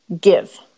give